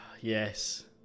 Yes